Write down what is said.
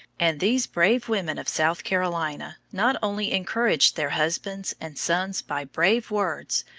and these brave women of south carolina not only encouraged their husbands and sons by brave words,